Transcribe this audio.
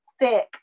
thick